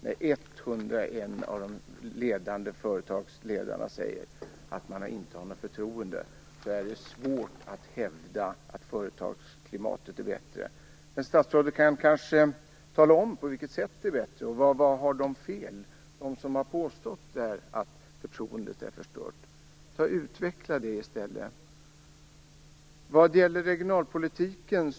När 101 ledande företagsledare säger att de inte har något förtroende är det svårt att hävda att företagsklimatet är bättre. Men statsrådet kan kanske tala om på vilket sätt det är bättre. De som har påstått att förtroendet är förstört, har de fel? Det vore bra om statsrådet utvecklade detta.